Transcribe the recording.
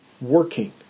working